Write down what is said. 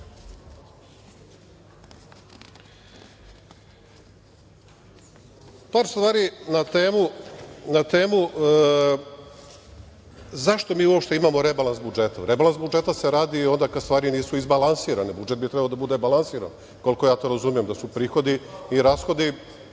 stvari na temu zašto mi uopšte imamo rebalans budžeta. Rebalans budžeta se radi onda kad stvari nisu izbalansirane. Budžet bi trebalo da bude balansiran, koliko ja to razumem, da su prihodi i rashodi